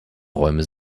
räume